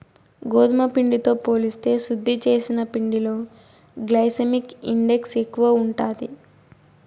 గోధుమ పిండితో పోలిస్తే శుద్ది చేసిన పిండిలో గ్లైసెమిక్ ఇండెక్స్ ఎక్కువ ఉంటాది